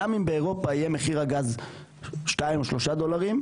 אם באירופה יהיה מחיר הגז 2 או 3 דולרים,